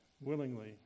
willingly